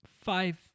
five